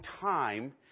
time